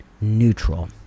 neutral